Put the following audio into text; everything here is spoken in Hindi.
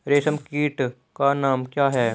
रेशम कीट का नाम क्या है?